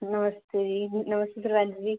नमस्ते जी नमस्ते त्रवेन दीदी